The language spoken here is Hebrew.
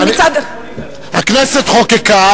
הכנסת חוקקה,